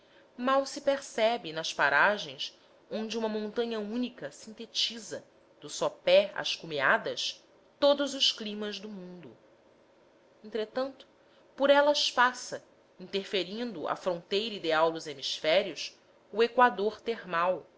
mal se percebe nas paragens onde uma montanha única sintetiza do sopé às cumeadas todos os climas do mundo entretanto por elas passa interferindo a fronteira ideal dos hemisférios o equador termal